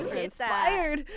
inspired